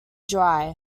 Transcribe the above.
dry